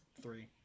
three